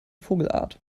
vogelart